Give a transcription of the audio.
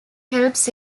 helps